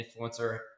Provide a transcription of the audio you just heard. influencer